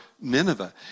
Nineveh